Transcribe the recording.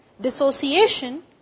dissociation